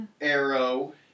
arrow